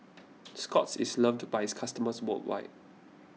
Scott's is loved by its customers worldwide